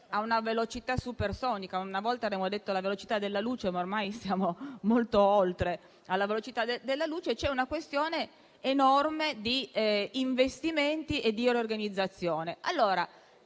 ha una velocità più che supersonica (una volta abbiamo detto che va alla velocità della luce, ma ormai siamo molto oltre anche la velocità della luce), c'è una questione enorme di investimenti e di organizzazione.